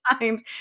times